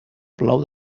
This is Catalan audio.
plou